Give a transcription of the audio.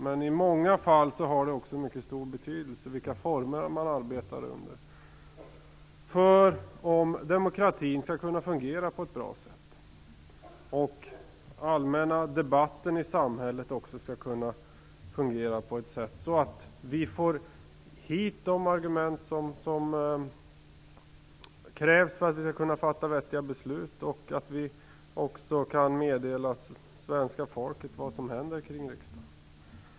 Men i många fall har det också mycket stor betydelse vilka former man arbetar under för om demokratin skall kunna fungera på ett bra sätt och för om den allmänna debatten i samhället skall kunna fungera på ett sätt så att vi får hit de argument som krävs för att vi skall kunna fatta vettiga beslut och också kunna meddela svenska folket vad som händer kring riksdagen.